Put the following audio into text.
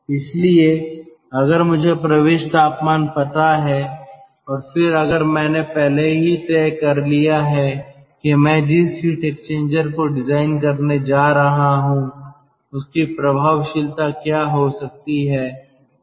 इसलिए अगर मुझे प्रवेश तापमान पता है और फिर अगर मैंने पहले ही तय कर लिया है कि मैं जिस हीट एक्सचेंजर को डिजाइन करने जा रहा हूं उसकी प्रभावशीलता क्या हो सकती है